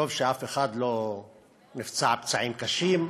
וטוב שאף אחד לא נפצע פצעים קשים.